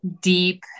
deep